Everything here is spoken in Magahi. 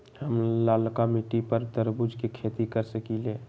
हम लालका मिट्टी पर तरबूज के खेती कर सकीले?